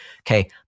Okay